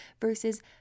versus